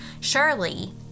Surely